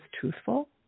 truthful